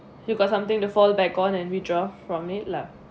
you got something to fall back on and withdraw from it lah